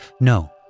No